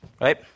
Right